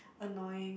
annoying